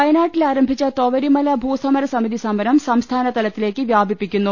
വയനാട്ടിൽ ആരംഭിച്ച തൊവരിമല ഭൂസമരസമിതി സമരം സംസ്ഥാന തലത്തിലേക്ക് വ്യാപിപ്പിക്കുന്നു